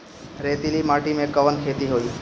रेतीली माटी में कवन खेती होई?